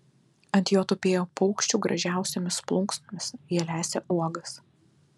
ant jo tupėjo paukščių gražiausiomis plunksnomis jie lesė uogas